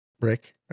Rick